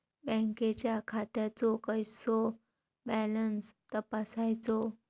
बँकेच्या खात्याचो कसो बॅलन्स तपासायचो?